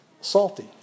salty